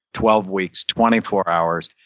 twelve weeks twenty four hours.